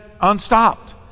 unstopped